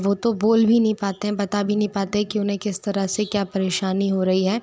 वो तो बोल भी नहीं पाते बता भी नहीं पाते कि उन्हें किस तरह से क्या परेशानी हो रही है